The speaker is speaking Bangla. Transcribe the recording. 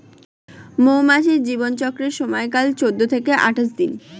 মৌমাছির জীবন চক্রের সময়কাল চৌদ্দ থেকে আঠাশ দিন